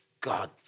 God